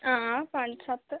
हां पंज सत्त